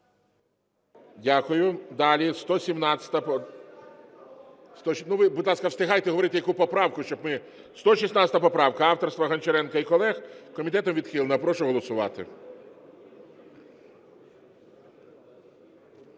Дякую. Далі 117-а... (Шум у залі) Ну, ви, будь ласка, встигайте говорити яку поправку, щоб ми... 116 поправка авторства Гончаренка і колег. Комітетом відхилена. Прошу голосувати.